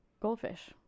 goldfish